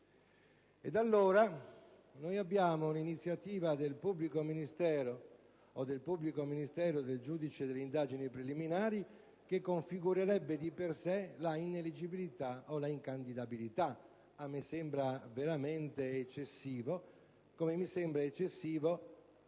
Ed allora abbiamo l'iniziativa del pubblico ministero, o del pubblico ministero e del giudice delle indagini preliminari, che configurerebbe di per sé la ineleggibilità o la incandidabilità. A me sembra veramente eccessivo, come mi sembra eccessivo